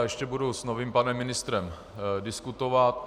Ještě budu s novým panem ministrem diskutovat.